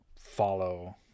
follow